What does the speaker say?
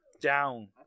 down